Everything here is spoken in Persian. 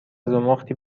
زخمتی